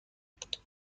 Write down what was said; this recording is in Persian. یادداشت